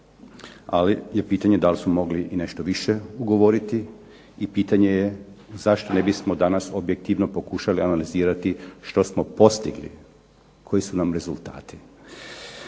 ali je pitanje da li smo mogli i nešto više ugovoriti i pitanje je zašto ne bismo danas objektivno pokušali analizirati što smo postigli, koji su nam rezultati.